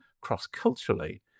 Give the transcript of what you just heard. cross-culturally